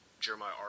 Jeremiah